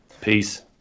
Peace